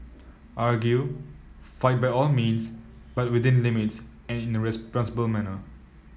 argue fight by all means but within limits and in a responsible manner